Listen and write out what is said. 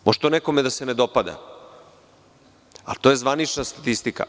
Može to nekome da se ne dopada, ali je to zvanična statistika.